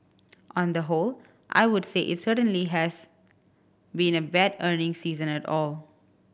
on the whole I would say it certainly has been a bad earnings season at all